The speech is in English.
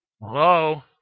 Hello